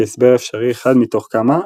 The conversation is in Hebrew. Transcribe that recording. כהסבר אפשרי אחד מתוך כמה,